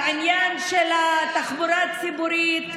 והעניין של התחבורה הציבורית,